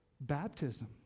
baptism